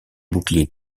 boucliers